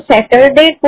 Saturday